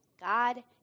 God